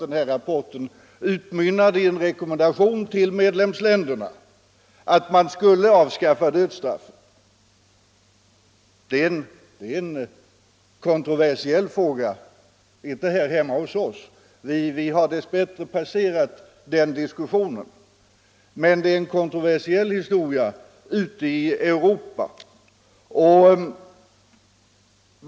Den rapporten utmynnade i en rekommendation till medlemsländerna att avskaffa dödsstraffet. Detta är en kontroversiell fråga ute i Europa — inte hos oss, vi har dess bättre passerat den diskussionen.